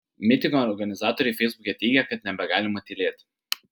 mitingo organizatoriai feisbuke teigė kad nebegalima tylėti